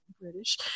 British